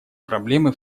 проблемы